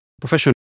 professional